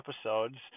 episodes